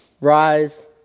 Rise